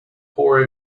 poor